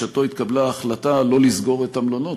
בשעתו התקבלה ההחלטה לא לסגור את המלונות,